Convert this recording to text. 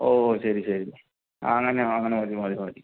ഓ ശരി ശരി ആ അങ്ങനെയോ അങ്ങനെ മതി മതി മതി